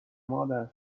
مادر